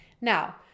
Now